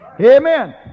Amen